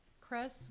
Chris